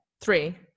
Three